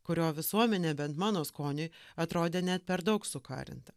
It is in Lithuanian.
kurio visuomenė bent mano skoniui atrodė net per daug sukarinta